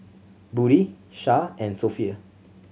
Budi Shah and Sofea